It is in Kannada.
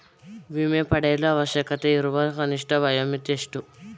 ವಿಮೆ ಪಡೆಯಲು ಅವಶ್ಯಕತೆಯಿರುವ ಕನಿಷ್ಠ ವಯೋಮಿತಿ ಎಷ್ಟು?